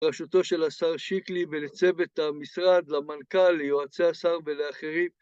ברשותו של השר שיקלי הבנזונה ולצוות המשרד, למנכ״ל, ליועצי השר ולאחרים